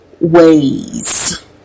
ways